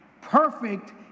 Perfect